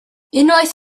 unwaith